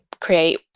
create